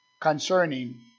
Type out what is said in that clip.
Concerning